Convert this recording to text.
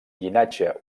llinatge